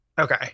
Okay